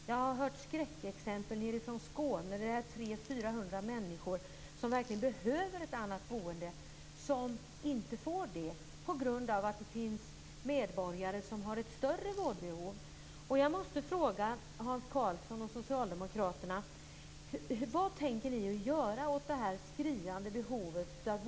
Jag har hört skräckexempel från Skåne där 300-400 människor som verkligen behöver ett annat boende inte får det på grund av att det finns medborgare som har ett större vårdbehov.